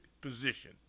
position